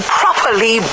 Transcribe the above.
properly